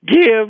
give